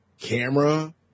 camera